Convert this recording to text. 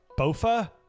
Bofa